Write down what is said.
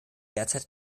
derzeit